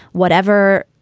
whatever.